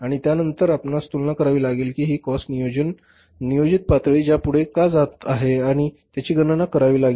आणि त्या नंतर आपणास तुलना करावी लागेल कि कॉस्ट हि नियोजीत पातळी च्या पुढे का जात आहे आणि त्याची गणना करावी लागेल